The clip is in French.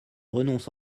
renonce